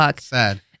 Sad